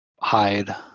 hide